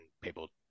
people